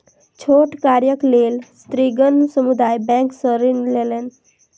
छोट कार्यक लेल स्त्रीगण समुदाय बैंक सॅ ऋण लेलैन